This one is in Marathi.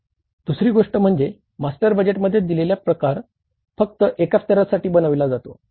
दुसरी गोष्ट म्हणजे मास्टर बजेटमध्ये दिलेला प्रकार फक्त एका स्तरासाठी बनविला जातो